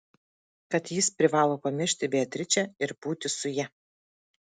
kad jis privalo pamiršti beatričę ir būti su ja